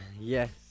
Yes